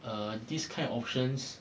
err this kind of options